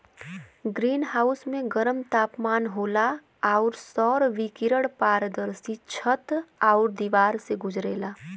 green house में गरम तापमान होला आउर सौर विकिरण पारदर्शी छत आउर दिवार से गुजरेला